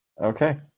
Okay